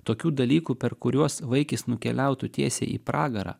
tokių dalykų per kuriuos vaikis nukeliautų tiesiai į pragarą